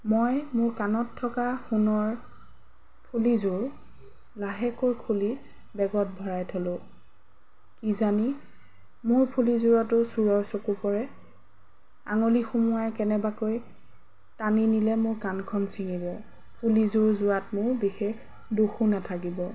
মই মোৰ কাণত থকা সোণৰ ফুলিযোৰ লাহেকৈ খুলি বেগত ভৰাই থ'লোঁ কিজানি মোৰ ফুলিযোৰটো চোৰৰ চকু পৰে আঙুলি সোমোৱাই কেনেবাকৈ টানি নিলে মোৰ কাণখন ছিঙিব ফুলিযোৰ যোৱাত মোৰ বিশেষ দুখো নাথাকিব